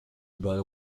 überall